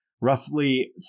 Roughly